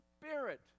spirit